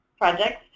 projects